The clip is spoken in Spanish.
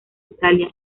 italia